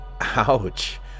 Ouch